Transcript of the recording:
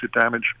damage